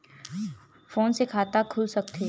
Phone से खाता खुल सकथे?